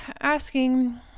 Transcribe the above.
asking